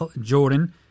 Jordan